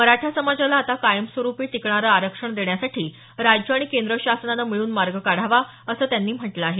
मराठा समाजाला आता कायमस्वरुपी टिकणारं आरक्षण देण्यासाठी राज्य आणि केंद्र शासनानं मिळून मार्ग काढावा असं त्यांनी म्हटलं आहे